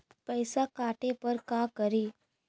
पैसा काटे पर का करि?